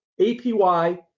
APY